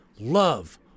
Love